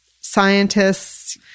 scientists